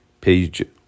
page